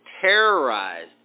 terrorized